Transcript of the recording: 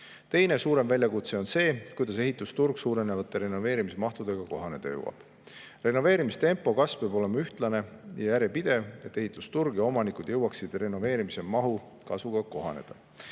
Teine suurem väljakutse on see, kuidas ehitusturg suurenevate renoveerimismahtudega kohaneda jõuab. Renoveerimistempo kasv peab olema ühtlane ja järjepidev, et ehitusturg ja omanikud jõuaksid renoveerimise mahu kasvuga kohaneda.